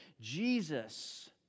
Jesus